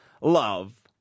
love